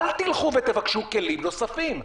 אל תבקשו כלים נוספים.